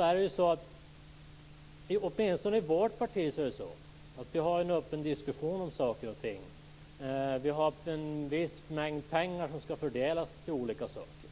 Vi för åtminstone i vårt parti en öppen diskussion om saker och ting. Vi har haft en viss mängd pengar som skall fördelas till olika saker.